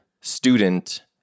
student